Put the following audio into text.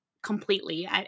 Completely